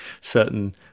certain